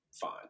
fine